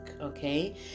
Okay